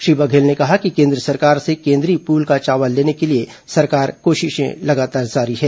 श्री बघेल ने कहा कि केन्द्र सरकार से केन्द्रीय पूल का चावल लेने के लिए सरकार की कोशिशें लगातार जारी हैं